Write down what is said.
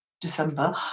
December